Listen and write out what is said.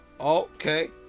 Okay